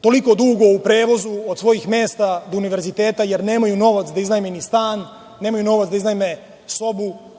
toliko dugo u prevozu od svojih mesta do univerziteta, jer nemaju novac ni da iznajme stan, nemaju novac da iznajme sobu,